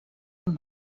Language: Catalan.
amb